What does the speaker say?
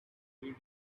three